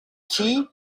tea